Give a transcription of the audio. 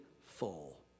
full